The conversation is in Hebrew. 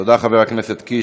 תודה, חבר הכנסת קיש.